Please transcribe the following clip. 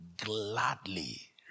gladly